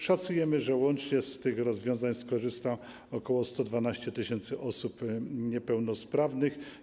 Szacujemy, że łącznie z tych rozwiązań skorzysta ok. 112 tys. osób niepełnosprawnych.